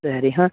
ಸರಿ ಹಾಂ